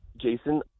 Jason